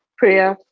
prayer